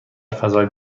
فضای